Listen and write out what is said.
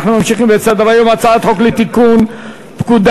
אנחנו ממשיכים בסדר-היום: הצעת חוק לתיקון פקודת